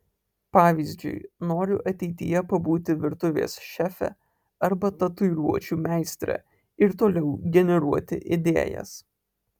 pavyzdžiui noriu ateityje pabūti virtuvės šefe arba tatuiruočių meistre ir toliau generuoti idėjas